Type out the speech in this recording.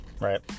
right